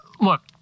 Look